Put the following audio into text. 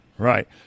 Right